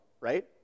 right